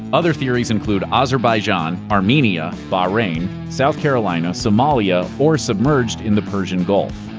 other theories include azerbaijan, armenia, bahrain, south carolina, somalia, or submerged in the persian gulf.